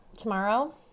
tomorrow